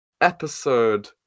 Episode